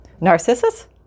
Narcissus